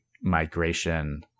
migration